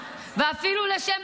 ואפילו לשם